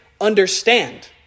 understand